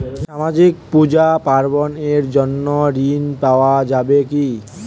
সামাজিক পূজা পার্বণ এর জন্য ঋণ পাওয়া যাবে কি?